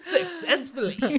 Successfully